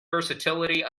versatility